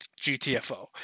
GTFO